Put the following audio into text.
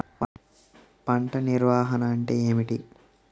పంట నిర్వాహణ అంటే ఏమిటి?